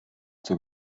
zur